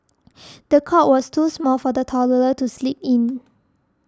the cot was too small for the toddler to sleep in